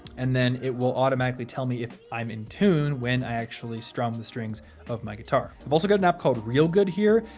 and then it will automatically tell me if i'm in tune when i actually strum the strings of my guitar. also got an app called reelgood here.